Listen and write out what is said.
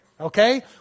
Okay